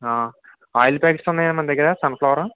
oil packets ఉన్నాయా మన దగ్గర సన్ప్లవరు